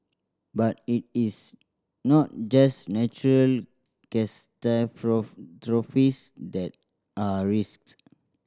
but it is not just natural that are risks